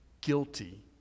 guilty